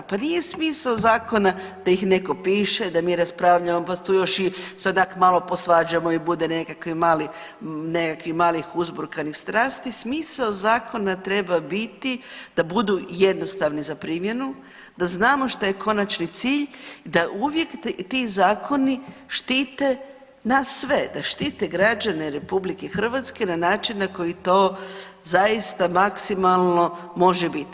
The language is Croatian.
Pa nije smisao zakona da ih netko piše, da mi raspravljamo, pa se tu još onak malo posvađamo i bude nekakvih malih uzburkanih strasti smisao zakona treba biti da budu jednostavni za primjenu, da znamo šta je konačni cilj, da uvijek ti zakoni štite nas sve, da štite građane RH na način na koji to zaista maksimalno može biti.